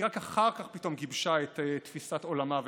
היא רק אחר כך פתאום גיבשה את תפיסת עולמה ועמדותיה.